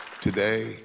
today